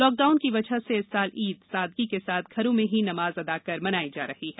lockdown की वजह से इस साल ईद सादगी के साथ घरों में ही नमाज अदा कर मनाई जा रही है